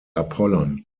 apollon